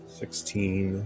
sixteen